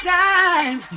time